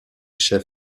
chef